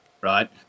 right